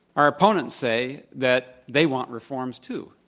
our opponents say that they want reforms too,